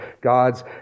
God's